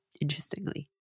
interestingly